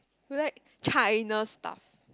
you like China stuff